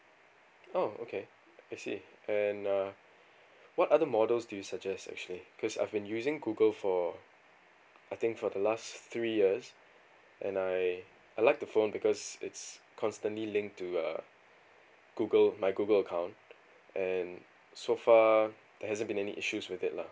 oh okay I see and uh what other models do you suggest actually cause I've been using google for I think for the last three years and I I like the phone because it's constantly linked to uh google my google account and so far there hasn't been any issues with it lah